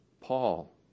Paul